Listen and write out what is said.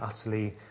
utterly